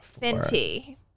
Fenty